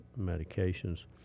medications